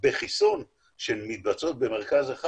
כולם רואים אותה?